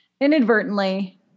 inadvertently